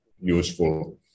useful